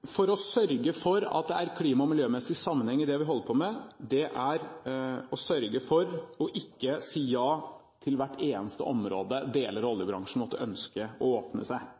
for å sørge for at det er klima- og miljømessig sammenheng i det vi holder på med, er å ikke si ja til hvert eneste område deler av oljebransjen måtte ønske å åpne,